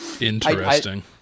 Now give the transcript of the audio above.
Interesting